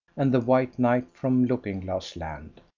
and the white knight from looking glass land.